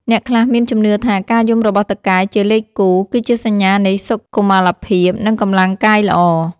អ្នកខ្លះមានជំនឿថា ការយំរបស់តុកែជាលេខគូ គឺជាសញ្ញានៃសុខុមាលភាព និងកម្លាំងកាយល្អ។